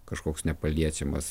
kažkoks nepaliečiamas